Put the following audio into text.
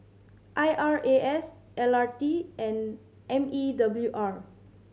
I R A S L R T and M E W R